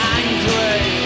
angry